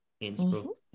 Innsbruck